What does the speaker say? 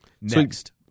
next